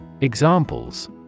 Examples